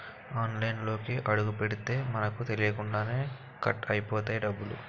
ఆన్లైన్లోకి అడుగుపెడితే మనకు తెలియకుండానే కట్ అయిపోతాయి డబ్బులు